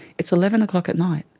it's eleven o'clock at night,